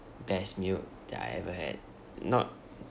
best meal that I ever had not